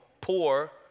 poor